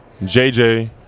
JJ